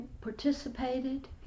participated